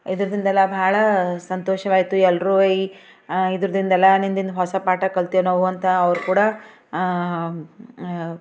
ಇದರ್ದಿಂದೆಲ್ಲ ಭಾಳ ಸಂತೋಷವಾಯ್ತು ಎಲ್ರೂ ಈ ಇದರಿಂದ ಎಲ್ಲ ಇಂದಿನ ಹೊಸ ಪಾಠ ಕಲ್ತೆವು ನಾವು ಅಂತ ಅವರು ಕೂಡ